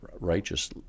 righteous